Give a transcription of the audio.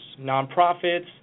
nonprofits